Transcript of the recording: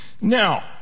Now